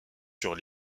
sur